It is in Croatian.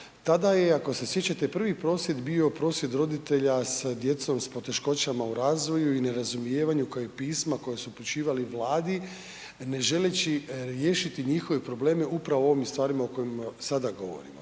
tada je, ako se sjećate prvi prosvjed bio prosvjed roditelja sa djecom s poteškoćama u razvoju i nerazumijevanju, kao i pisma koja su upućivali Vladi ne želeći riješiti njihove probleme upravo u ovim stvarima o kojima sada govorim.